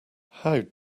how